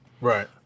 right